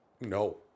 no